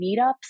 meetups